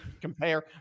compare